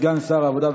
סגן שר העבודה,